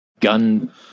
gun